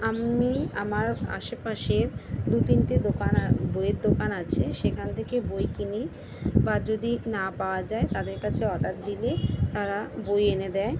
আমি আমার আশেপাশের দু তিনটে দোকান আর বইয়ের দোকান আছে সেখান থেকে বই কিনি বা যদি না পাওয়া যায় তাদের কাছে অর্ডার দিলে তারা বই এনে দেয়